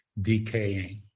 decaying